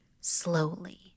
slowly